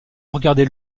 regarder